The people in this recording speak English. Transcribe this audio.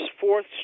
fourth